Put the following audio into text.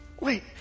Wait